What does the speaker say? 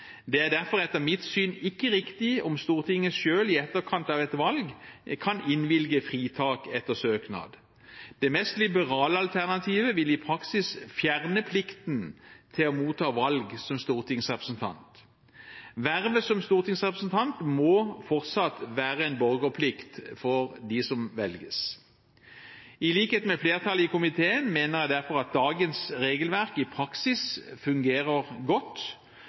Det er derfor etter mitt syn ikke riktig om Stortinget selv i etterkant av et valg kan innvilge fritak etter søknad. Det mest liberale alternativet vil i praksis fjerne plikten til å motta valg som stortingsrepresentant. Vervet som stortingsrepresentant må fortsatt være en borgerplikt for dem som velges. I likhet med flertallet i komiteen mener jeg derfor at dagens regelverk i praksis fungerer godt.